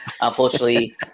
unfortunately